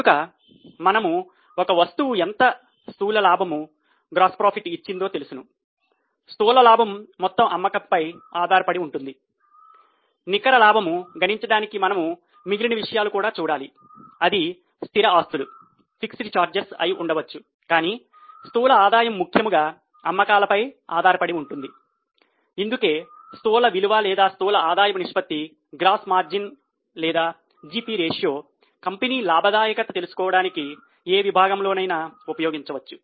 కనుక మనకు ఒక వస్తువు ఎంత స్థూల లాభము కంపెనీ లాభదాయకత తెలుసుకోవడానికి ఏ విభాగంలో నైనా ఉపయోగించవచ్చు